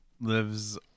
lives